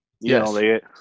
Yes